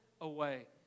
away